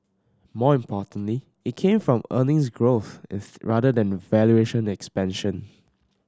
more importantly it came from earnings growth is rather than valuation expansion